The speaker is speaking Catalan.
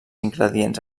ingredients